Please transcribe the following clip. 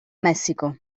messico